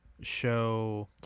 show